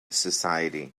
society